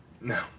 No